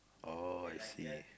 oh I see